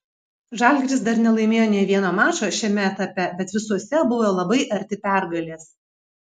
žalgiris dar nelaimėjo nė vieno mačo šiame etape bet visuose buvo labai arti pergalės